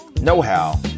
know-how